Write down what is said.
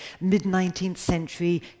mid-nineteenth-century